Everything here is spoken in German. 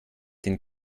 den